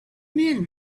men